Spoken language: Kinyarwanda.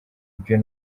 ibyo